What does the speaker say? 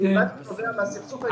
ובלבד שנובע מן הסכסוך הישראלי ערבי".